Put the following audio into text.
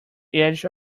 edge